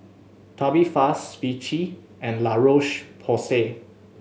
Tubifast Vichy and La Roche Porsay